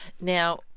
Now